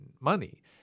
money